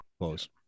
Close